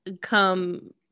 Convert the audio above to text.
come